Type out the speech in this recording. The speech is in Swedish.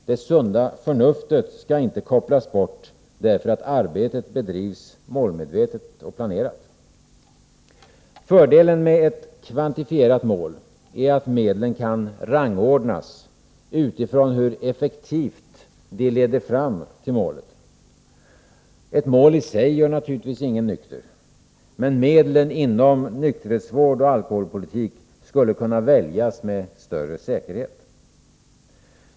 Det sunda förnuftet skall inte kopplas bort därför att arbetet bedrivs målmedvetet och planerat. Fördelen med ett kvantifierat mål är att medlen kan rangordnas utifrån hur effektivt de leder fram till målet. Ett mål i sig gör naturligtvis ingen nykter. Men medlen inom nykterhetsvård och alkoholpolitik skulle kunna väljas med större säkerhet.